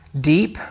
deep